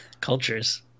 cultures